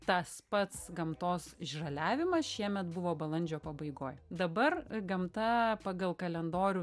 tas pats gamtos žaliavimas šiemet buvo balandžio pabaigoj dabar gamta pagal kalendorių